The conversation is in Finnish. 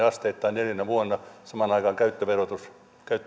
asteittain neljänä vuonna samaan aikaan